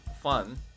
fun